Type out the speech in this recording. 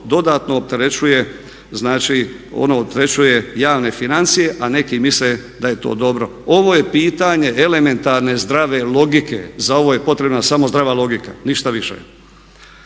ono opterećuje javne financije a neki misle da je to dobro. Ovo je pitanje elementarne zdrave logike. Za ovo je potrebna samo zdrava logika.